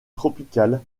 tropical